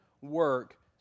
work